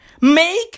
Make